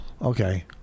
Okay